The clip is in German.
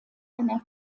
einer